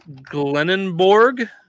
Glennonborg